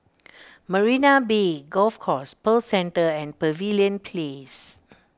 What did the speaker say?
Marina Bay Golf Course Pearl Centre and Pavilion Place